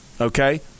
Okay